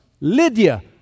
Lydia